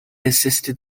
assisted